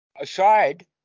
aside